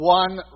one